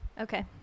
Okay